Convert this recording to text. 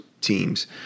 teams